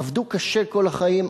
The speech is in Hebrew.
עבדו קשה כל החיים,